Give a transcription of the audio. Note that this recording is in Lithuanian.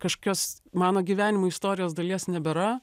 kažkokios mano gyvenimo istorijos dalies nebėra